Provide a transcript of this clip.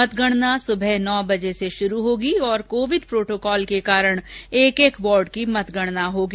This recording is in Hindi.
मतगणना सुबह नौ बजे से शुरू होगी और कोविड प्रोटोकोल के कारण एक एक वार्ड की मतगणना होगी